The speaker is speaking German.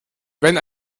wenn